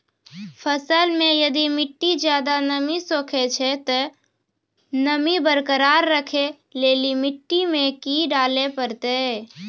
फसल मे यदि मिट्टी ज्यादा नमी सोखे छै ते नमी बरकरार रखे लेली मिट्टी मे की डाले परतै?